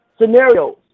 scenarios